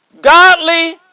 godly